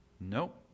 Nope